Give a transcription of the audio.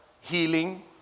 healing